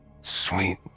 Sweet